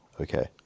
okay